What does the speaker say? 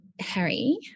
Harry